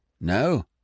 No